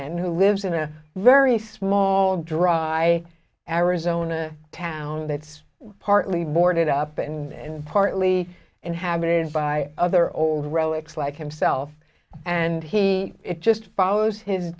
stanton who lives in a very small dry arizona town that's partly boarded up and partly inhabited by other old relics like himself and he just follows his